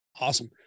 awesome